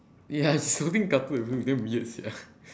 ya she's holding cutters also damn weird sia